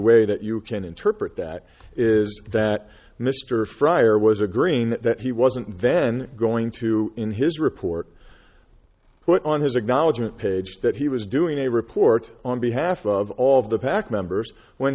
way that you can interpret that is that mr fryer was a green that he wasn't then going to in his report put on his acknowledgment page that he was doing a report on behalf of all of the pack members when